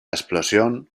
explosión